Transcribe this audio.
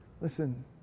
Listen